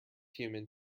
human